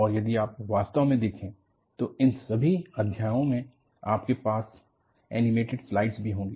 और यदि आप वास्तव में देखें तो इन सभी अध्यायों में आपके पास एनिमेटेड स्लाइड भी होंगी